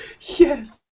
Yes